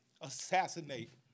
assassinate